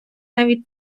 навіть